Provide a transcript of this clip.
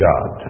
God